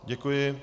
Děkuji.